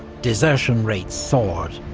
desertion rates soared.